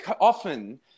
often